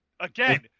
Again